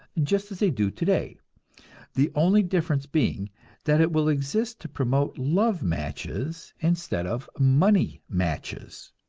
just as they do today the only difference being that it will exist to promote love matches instead of money matches.